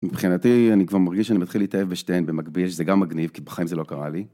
מבחינתי, אני כבר מרגיש שאני מתחיל להתאהב בשתיהן במקביל, שזה גם מגניב כי בחיים זה לא קרה לי